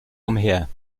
umher